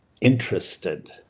interested